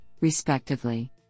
respectively